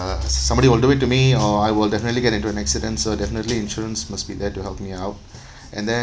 uh somebody will do it to me or I will definitely get into an accident so definitely insurance must be there to help me out and then